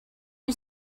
you